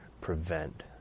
prevent